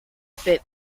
fit